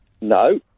No